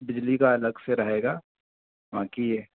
बिजली का अलग से रहेगा बाक़ी ये